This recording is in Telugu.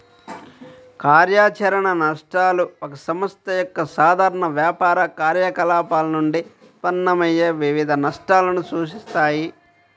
కార్యాచరణ నష్టాలు ఒక సంస్థ యొక్క సాధారణ వ్యాపార కార్యకలాపాల నుండి ఉత్పన్నమయ్యే వివిధ నష్టాలను సూచిస్తాయి